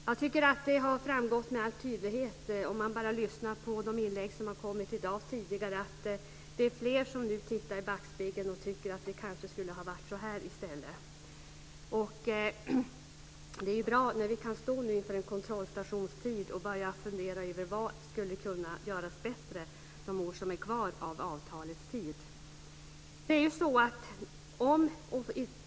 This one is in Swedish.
Jag tycker att det har framgått med all tydlighet bara av de inlägg som har gjorts här tidigare i dag att det är fler som nu tittar i backspegeln och tycker att det kanske skulle ha varit så här i stället. Det är bra att vi nu står inför en kontrollstation och kan börja fundera över vad som skulle kunna göras bättre under de år som återstår av avtalets giltighetstid.